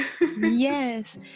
yes